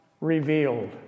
Revealed